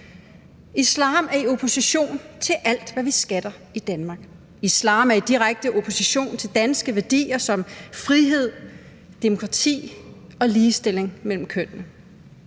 Islam er i opposition til alt, hvad vi skatter i Danmark. Islam er i direkte opposition til danske værdier som frihed, demokrati og ligestilling mellem kønnene.